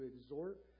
exhort